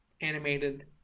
animated